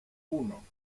uno